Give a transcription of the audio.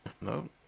no